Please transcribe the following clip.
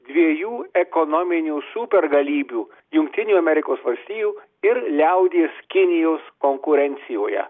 dviejų ekonominių supergalybių jungtinių amerikos valstijų ir liaudies kinijos konkurencijoje